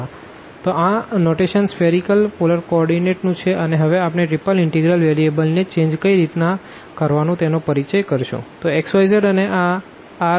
તો આ notation spherical polar co ઓર્ડીનેટનું છે અને હવે આપણે ત્રીપલ ઇનટેગ્રલ વેરિયેબલ ને ચેન્જ કઈ રીતના કરવાનું તેનો પરિચય કરશો